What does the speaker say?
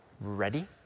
Ready